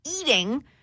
eating